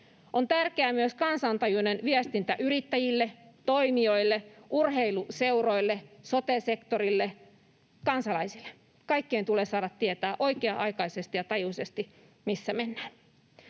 On tärkeää myös kansantajuinen viestintä yrittäjille, toimijoille, urheiluseuroille, sote-sektorille, kansalaisille. Kaikkien tulee saada tietää oikea-aikaisesti ja -tajuisesti, missä mennään.